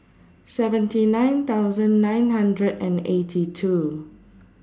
seventy nine thousand nine hundred and eighty two